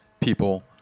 people